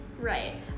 right